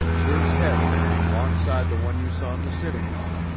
his head'll hang longside the one you saw in the sitting room.